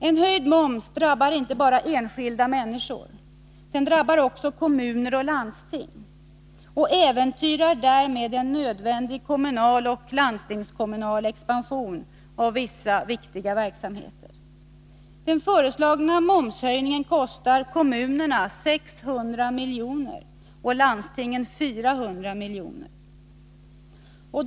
En höjd moms drabbar inte bara enskilda människor; den drabbar också kommuner och landsting och äventyrar därmed en nödvändig kommunal och landstingskommunal expansion av vissa viktiga verksamheter. Den föreslagna momshöjningen kostar kommunerna 600 milj.kr. och landstingen 400 milj.kr.